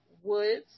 woods